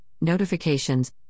notifications